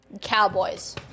Cowboys